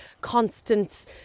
constant